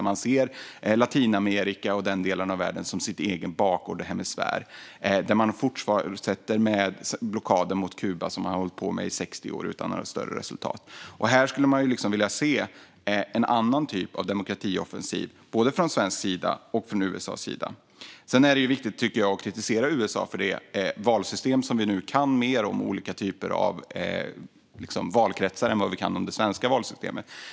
Man ser Latinamerika och den delen av världen som sin egen bakgård och hemisfär, där man fortsätter med blockaden mot Kuba som man har hållit på med i 60 år utan några större resultat. Här skulle jag vilja se en annan typ av demokratioffensiv, både från svensk sida och från USA:s sida. Sedan tycker jag att det är viktigt att kritisera USA för det valsystem med olika typer av valkretsar som vi nu kan mer om än om det svenska valsystemet.